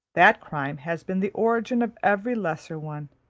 that crime has been the origin of every lesser one,